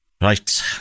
Right